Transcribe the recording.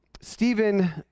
Stephen